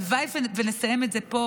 הלוואי שנסיים את זה פה.